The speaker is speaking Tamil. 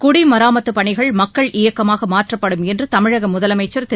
குடிமராமத்துப் பணிகள் மக்கள் இயக்கமாக மாற்றப்படும் என்று தமிழக முதலமைச்சர் திரு